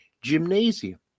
gymnasium